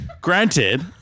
Granted